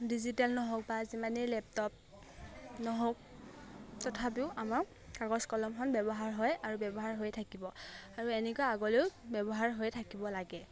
digital নহওক বা যিমানেই লেপটপ নহওক তথাপিও আমাৰ কাগজ কলমখন ব্যৱহাৰ হয় আৰু ব্যৱহাৰ হৈ থাকিব আৰু এনেকুৱা আগলৈয়ো ব্যৱহাৰ হৈ থাকিব লাগে